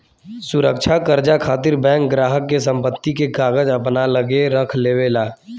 सुरक्षा कर्जा खातिर बैंक ग्राहक के संपत्ति के कागज अपना लगे रख लेवे ला